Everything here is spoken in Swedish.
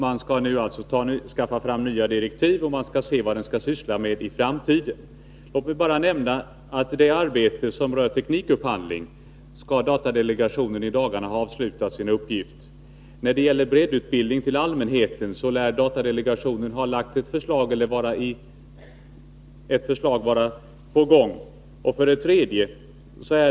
Man skall alltså nu skaffa fram nya direktiv och se vad datadelegationen skall syssla med i framtiden. Låt mig bara ta upp några punkter. 1. När det gäller arbetet med teknikupphandling lär datadelegationen i dagarna ha avslutat sitt uppdrag. 2. När det gäller breddutbildning till allmänheten lär datadelegationen ha lagt fram ett förslag eller ha ett sådant på gång. 3.